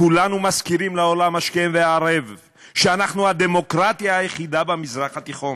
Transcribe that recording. כולנו מזכירים לעולם השכם והערב שאנחנו הדמוקרטיה היחידה במזרח התיכון.